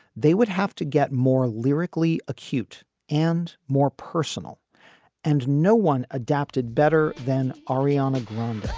they would have to get more lyrically acute and more personal and no one adapted better than ariana grande.